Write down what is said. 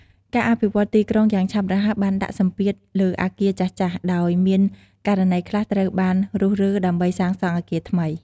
ការអភិវឌ្ឍន៍ទីក្រុងយ៉ាងឆាប់រហ័សបានដាក់សម្ពាធលើអគារចាស់ៗ ដោយមានករណីខ្លះត្រូវបានរុះរើដើម្បីសាងសង់អគារថ្មី។